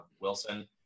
Wilson